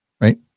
right